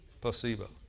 Placebo